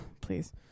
Please